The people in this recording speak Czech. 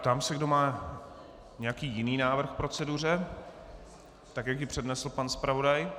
Ptám se, kdo má nějaký jiný návrh k proceduře, tak jak ji přednesl pan zpravodaj.